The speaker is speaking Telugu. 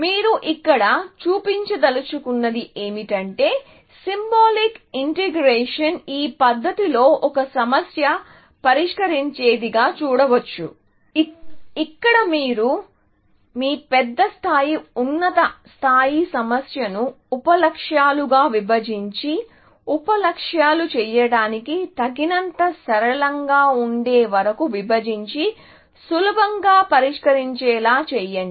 మీరు ఇక్కడ చూపించదలచుకున్నది ఏమిటంటే సింబాలిక్ ఇంటిగ్రేషన్ ఈ పద్ధతిలో ఒక సమస్యను పరిష్కరించేదిగా చూడవచ్చు ఇక్కడ మీరు మీ పెద్ద స్థాయి ఉన్నత స్థాయి సమస్య ను ఉప లక్ష్యాలుగా విభజించి ఉప లక్ష్యాలు చేయడానికి తగినంత సరళంగా ఉండే వరకు విభజించి సులభంగా పరిష్కరించేలా చేయండి